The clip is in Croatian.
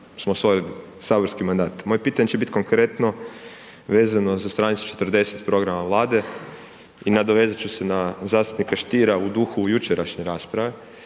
smo osvojili saborski mandat. Moje pitanje će biti konkretno vezano za stranicu 40. programa Vlade i nadovezat ću se na zastupnika Stiera u duhu jučerašnje rasprave